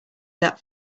that